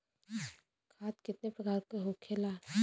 खाद कितने प्रकार के होखेला?